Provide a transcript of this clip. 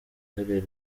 uhereye